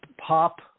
pop